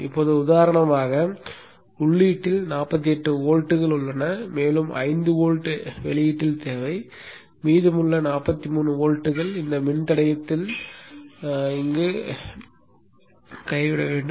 இப்போது உதாரணமாக உள்ளீட்டில் 48 வோல்ட்கள் உள்ளன மேலும் 5 வோல்ட் வெளியீட்டில் தேவை மீதமுள்ள 43 வோல்ட்களை இந்த மின்தடையத்தில் கைவிட வேண்டும்